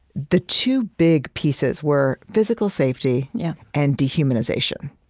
the two big pieces were physical safety and dehumanization.